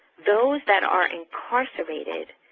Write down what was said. those that are incarcerated,